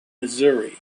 missouri